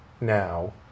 now